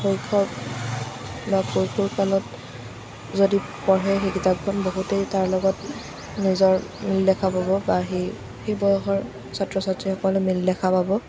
শৈশৱ বা কৈশোৰ কালত যদি পঢ়ে সেই কিতাপখন বহুতেই তাৰ লগত নিজৰ মিল দেখা পাব বা সেই সেই বয়সৰ ছাত্ৰ ছাত্ৰীসকলে মিল দেখা পাব